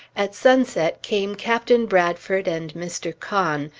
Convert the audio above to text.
at sunset came captain bradford and mr. conn,